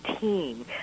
team